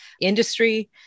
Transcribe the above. industry